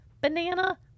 Banana